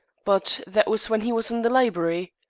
but that was when he was in the library.